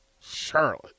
Charlotte